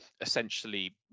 essentially